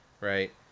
right